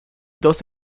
dos